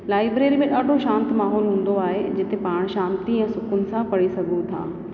library में ॾाढो शांति माहौल हूंदो आहे जिते पाण शांती ऐं सुक़ून सां पढ़ी सघूं था